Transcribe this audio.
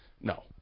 No